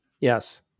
yes